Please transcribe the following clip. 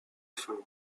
faim